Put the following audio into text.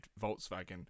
Volkswagen